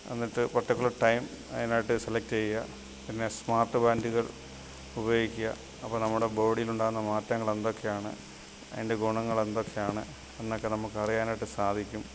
എന്നിട്ട് particular time അയിനായിട്ട് select ചെയ്യുക പിന്നെ സ്മാർട്ട് ബാൻഡ്കൾ ഉപയോഗിക്കുക അപ്പം നമ്മുടെ ബോഡിയിലുണ്ടാകുന്ന മാറ്റങ്ങളെന്തൊക്കെയാണ് അതിൻ്റെ ഗുണങ്ങളെന്തൊക്കെയാണ് എന്നൊക്കെ നമുക്കറിയാനായിട്ട് സാധിക്കും